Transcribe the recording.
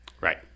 right